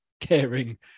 caring